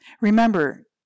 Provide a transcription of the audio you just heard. Remember